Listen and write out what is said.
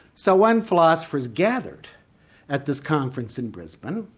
so when philosophers gathered at this conference in brisbane,